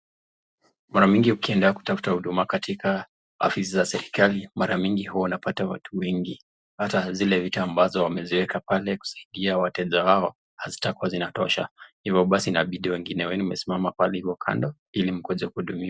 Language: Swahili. Mara mingi ukienda kutafuta huduma katika ofisi za serikali, mara mingi huwa unapata watu wengi. Hata zile vitu ambazo wameziweka pale kusaidia wateja wao hazitakuwa zinatosha, hivyo basi inabidi wengine wenu mmesimama pale hivo kando ili mngoje kuhudumiwa.